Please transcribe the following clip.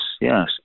yes